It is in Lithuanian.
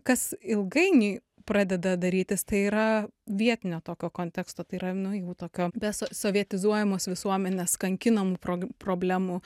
kas ilgainiui pradeda darytis tai yra vietinio tokio konteksto tai yra nu jau tokio be so sovietizuojamos visuomenės kankinamų pro problemų